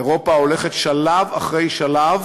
אירופה הולכת שלב אחרי שלב